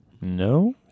No